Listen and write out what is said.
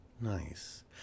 Nice